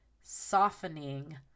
softening